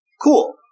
Cool